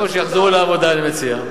קודם כול, שיחזרו לעבודה, אני מציע.